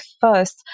first